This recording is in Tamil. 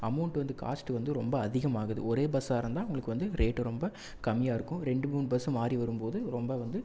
அமௌண்ட் வந்து காஸ்ட்டு வந்து ரொம்ப அதிகமாகுது ஒரே பஸ்ஸாகருந்தா உங்களுக்கு வந்து ரேட்டு ரொம்ப கம்மியாகருக்கும் ரெண்டு மூணு பஸ்ஸு மாறி வரும்போது ரொம்ப வந்து